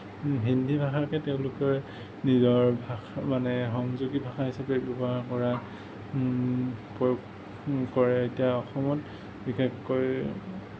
হিন্দী ভাষাকে তেওঁলোকে নিজৰ ভাষা মানে সংযোগী ভাষা হিচাপে ব্যৱহাৰ কৰে প্ৰয়োগ কৰে এতিয়া অসমত বিশেষকৈ